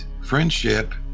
Friendship